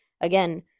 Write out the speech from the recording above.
again